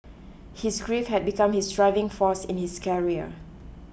his grief had become his driving force in his career